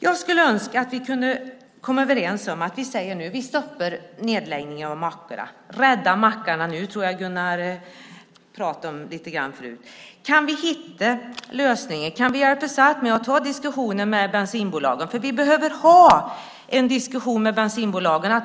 Jag skulle önska att vi kunde komma överens om att vi säger att vi stoppar nedläggningen av mackarna. Rädda mackarna nu! Jag tror att Gunnar pratade lite grann om det förut. Kan vi hitta lösningar? Kan vi hjälpas åt med att ta diskussionen med bensinbolagen? Vi behöver ha en diskussion med bensinbolagen.